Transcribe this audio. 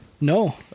No